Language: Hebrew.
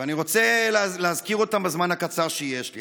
ואני רוצה להזכיר אותם בזמן הקצר שיש לי.